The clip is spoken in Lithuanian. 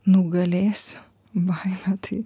nugalėsiu baimę tai